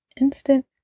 Instant